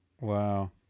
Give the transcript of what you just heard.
Wow